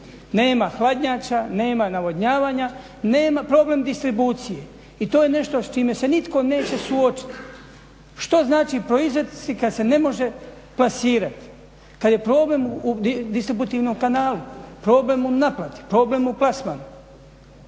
Nema hladnjača, nema navodnjavanja, nema problem distribucije i to je nešto s čime se nitko neće suočiti. Što znači proizvesti kada se može plasirati, a kada je problem u distributivnom kanalu, problem u naplati, problem u plasmanu.